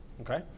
okay